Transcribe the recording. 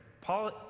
Paul